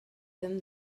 them